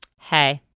hey